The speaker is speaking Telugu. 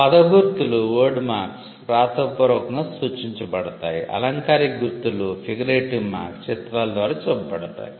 పద గుర్తులు చిత్రాల ద్వారా చూపబడతాయి